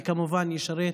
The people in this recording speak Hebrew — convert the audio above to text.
וכמובן הוא ישרת